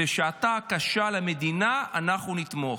ובשעתה הקשה של המדינה אנחנו נתמוך.